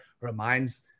reminds